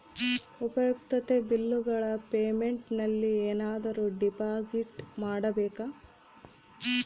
ಉಪಯುಕ್ತತೆ ಬಿಲ್ಲುಗಳ ಪೇಮೆಂಟ್ ನಲ್ಲಿ ಏನಾದರೂ ಡಿಪಾಸಿಟ್ ಮಾಡಬೇಕಾ?